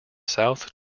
south